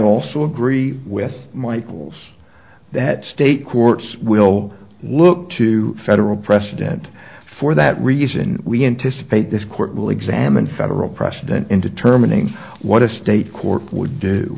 also agree with michael's that state courts will look to federal precedent for that reason we anticipate this court will examine federal precedent in determining what a state court would do